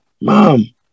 mom